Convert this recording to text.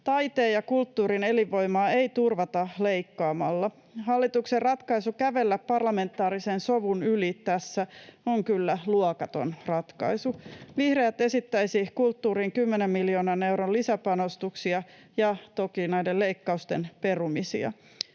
taiteen ja kulttuurin elinvoimaa ei turvata leikkaamalla. Hallituksen ratkaisu kävellä parlamentaarisen sovun yli tässä on kyllä luokaton ratkaisu. Vihreät esittäisivät kulttuuriin 10 miljoonan euron lisäpanostuksia ja toki näiden leikkausten perumisia.